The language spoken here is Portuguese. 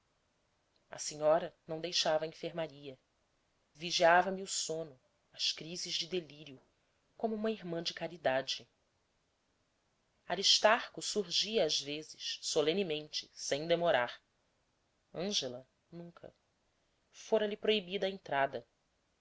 a senhora não deixava a enfermaria vigiava me o sono as crises de delírio como uma irmã de caridade aristarco surgia às vezes solenemente sem demorar ângela nunca fora-lhe proibida a entrada